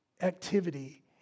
activity